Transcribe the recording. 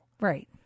right